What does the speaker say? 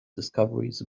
discoveries